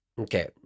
Okay